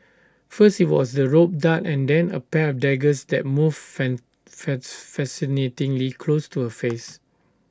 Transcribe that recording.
first IT was the rope dart and then A pair of daggers that moved fascinatingly close to her face